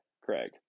craig